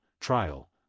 trial